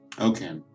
Okay